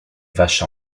vache